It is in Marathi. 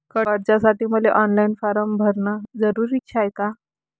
कर्जासाठी मले ऑनलाईन फारम भरन जरुरीच हाय का?